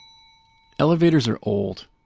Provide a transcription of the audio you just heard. elevators are old.